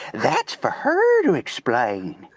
that's for her to explain.